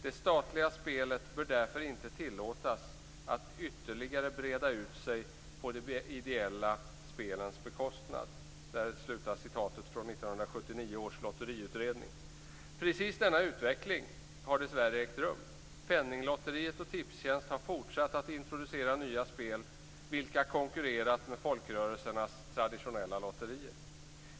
Det statliga spelet bör därför inte tillåtas att ytterligare breda ut sig på de ideella spelens bekostnad." Precis denna utveckling har dessvärre ägt rum. Penninglotteriet och Tipstjänst har fortsatt att introducera nya spel, vilka konkurrerat med folkrörelsernas traditionella lotterier.